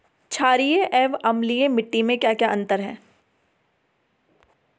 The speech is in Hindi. छारीय एवं अम्लीय मिट्टी में क्या क्या अंतर हैं?